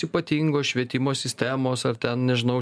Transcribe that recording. ypatingos švietimo sistemos ar ten nežinau